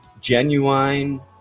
genuine